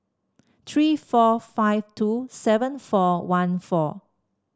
three four five two seven four one four